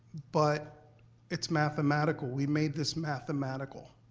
but it's mathematical. we made this mathematical.